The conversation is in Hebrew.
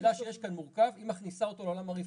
המילה שיש כאן "מורכב" היא מכניסה אותו לעולם הרפואי,